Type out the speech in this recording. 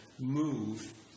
move